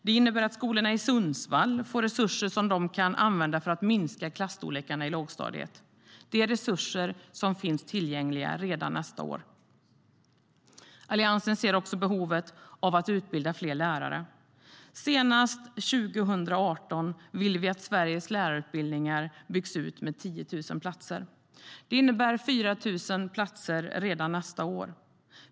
Det innebär att skolorna i Sundsvall får resurser som de kan använda för att minska klasstorlekarna i lågstadiet. Det är resurser som finns tillgängliga redan nästa år. Alliansen ser också behovet av att utbilda fler lärare. Senast 2018 vill vi att Sveriges lärarutbildningar har byggts ut med 10 000 platser. Det innebär 4 000 platser redan nästa år.